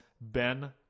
ben